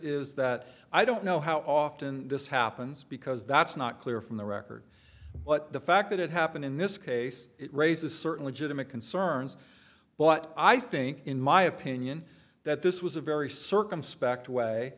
is that i don't know how often this happens because that's not clear from the record but the fact that it happened in this case it raises certainly to them it concerns but i think in my opinion that this was a very circumspect way